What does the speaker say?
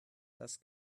das